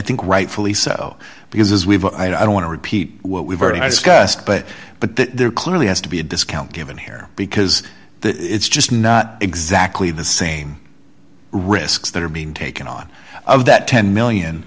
think rightfully so because as we've i don't want to repeat what we've already discussed but but there's clearly has to be a discount given here because it's just not exactly the same risks that are being taken on of that ten million